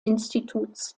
instituts